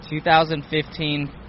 2015